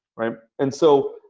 and so,